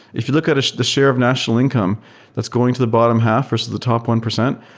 if you look at the share of national income that's going to the bottom half versus the top one percent,